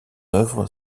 œuvre